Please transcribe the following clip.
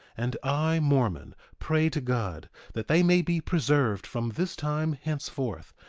and i, mormon, pray to god that they may be preserved from this time henceforth.